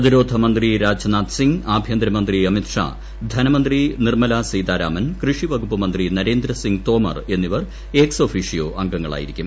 പ്രതിരോധ മന്ത്രി രാജ്നാഥ് ്സിംഗ് ആഭൃന്തരമന്ത്രി അമിത്ഷാ ധനമന്ത്രി നിർമ്മലാ സീതാരാമൻ കൃഷി വകുപ്പ് മന്ത്രി നരേന്ദ്രസിംഗ് തോമർ എന്നിവർ എക്സ് ഓഫീഷ്യോ അംഗങ്ങളായിരിക്കും